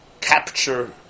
capture